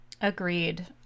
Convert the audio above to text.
Agreed